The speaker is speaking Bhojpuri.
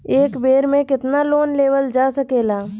एक बेर में केतना लोन लेवल जा सकेला?